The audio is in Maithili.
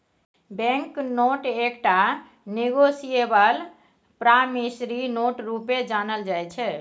बैंक नोट एकटा निगोसिएबल प्रामिसरी नोट रुपे जानल जाइ छै